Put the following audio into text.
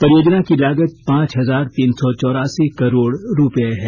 परियोजना की लागत पांच हजार तीन सौ चौरासी करोड़ रुपये है